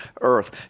earth